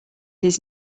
his